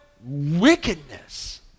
wickedness